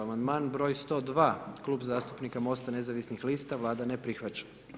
Amandman br. 102, klub zastupnika Mosta Nezavisnih lista, Vlada ne prihvaća.